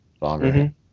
longer